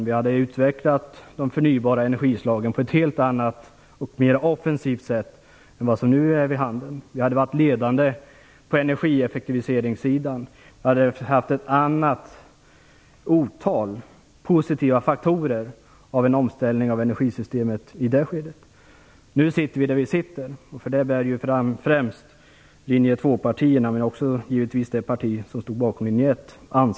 Vi hade utvecklat de förnybara energislagen på ett helt annat och mer offensivt sätt än vad som nu är vid handen. Vi hade varit ledande på energieffektiviseringssidan. Vi hade fått ett otal positiva faktorer av en omställning av energisystemet i det skedet. Nu sitter vi där vi sitter, och ansvaret för det bär främst linje 2-partierna men givetvis också det parti som stod bakom linje 1.